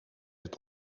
het